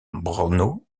brno